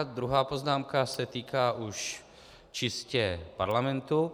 Druhá poznámka se týká už čistě parlamentu.